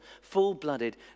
full-blooded